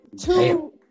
Two